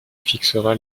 fixera